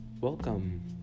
Welcome